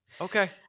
Okay